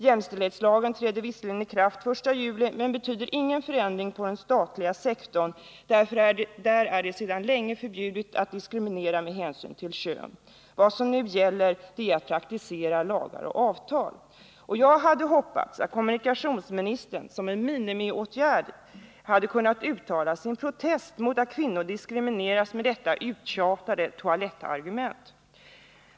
Jämställdhetslagen träder visserligen i kraft den 1 juli, men det betyder ingen förändring på den statliga sektorn, eftersom det där sedan länge är förbjudet att diskriminera någon med hänsyn till kön. Vad det nu gäller är att praktisera lagar och avtal. Jag hade hoppats att kommunikationsministern som en minimiåtgärd hade kunnat uttala sin protest mot att kvinnor diskrimineras med detta uttjatade toalettargument.